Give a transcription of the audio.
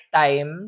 time